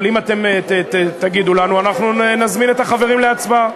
אבל אם אתם תגידו לנו אנחנו נזמין את החברים להצבעה.